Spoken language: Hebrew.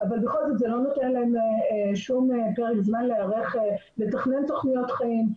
אבל בכל זאת זה לא נותן להם שום פרק זמן להיערך ולתכנן תוכניות חיים,